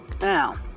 Now